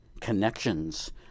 connections